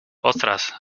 ostras